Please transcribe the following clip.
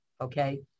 okay